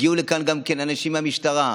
הגיעו לכאן גם אנשים מהמשטרה.